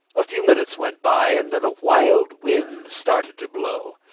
a few minutes went by and then a wild wind started to blow.